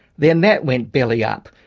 then that went belly-up.